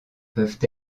peuvent